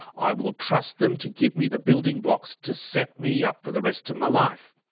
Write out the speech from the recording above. i will trust them to give me the building blocks to set me up for the rest of my life.